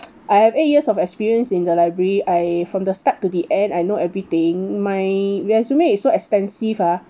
I have eight years of experience in the library I from the start to the end I know everything my resume is so extensive ah